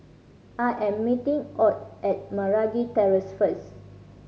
I am meeting Ott at Meragi Terrace first